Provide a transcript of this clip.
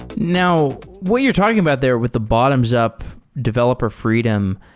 now, what you're talking about there with the bottoms-up developer freedom,